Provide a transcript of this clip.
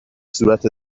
صورت